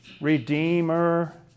Redeemer